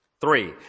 Three